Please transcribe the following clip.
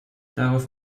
darauf